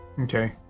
Okay